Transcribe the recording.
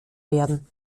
werden